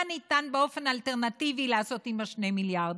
ניתן באופן אלטרנטיבי לעשות עם ה-2 מיליארד.